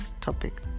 topic